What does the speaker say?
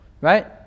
right